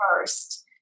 first